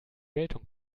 geltung